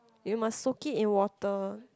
you must soak it in water